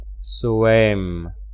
Swim